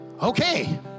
Okay